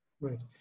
Right